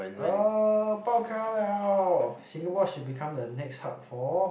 uh bao-ka-liao Singapore should become the next hub for